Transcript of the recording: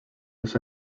los